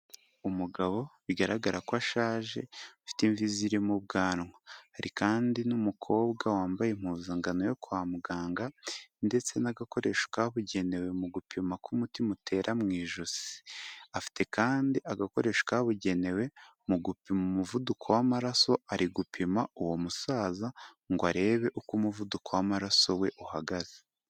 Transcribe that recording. Umugabo bigaragara ko ashaje, afite imvi ziri mu bwanwa, hari kandi n'umukobwa wambaye impuzankano yo kwa muganga, ndetse n'agakoresho kabugenewe mu gupima ko umutima utera mu ijosi, afite kandi agakoresho kabugenewe mu gupima umuvuduko w'amaraso, ari gupima uwo musaza ngo arebe uko umuvuduko w'amaraso we uhagaze.